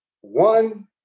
one